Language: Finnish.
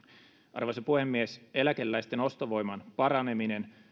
arvoisa puhemies eläkeläisten ostovoiman paraneminen sekä